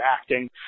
acting